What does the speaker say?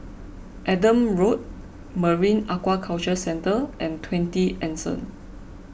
Adam Road Marine Aquaculture Centre and twenty Anson